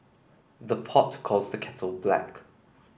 the pot calls the kettle black